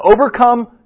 overcome